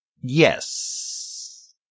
yes